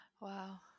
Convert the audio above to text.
Wow